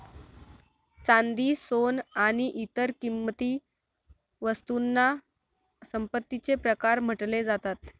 चांदी, सोन आणि इतर किंमती वस्तूंना संपत्तीचे प्रकार म्हटले जातात